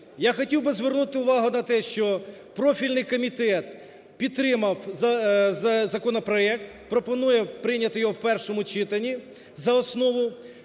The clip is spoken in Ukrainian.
Я хотів би звернути увагу на те, що профільний комітет підтримав законопроект, пропонує прийняти його в першому читанні за основу.